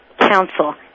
Council